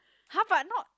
!huh! but not